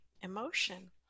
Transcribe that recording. emotion